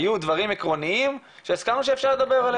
היו דברים עקרוניים, שהסכמנו שאפשר לדבר עליהם.